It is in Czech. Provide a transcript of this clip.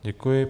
Děkuji.